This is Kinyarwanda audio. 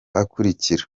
akurikira